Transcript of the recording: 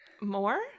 More